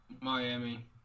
Miami